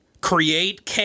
create